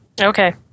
Okay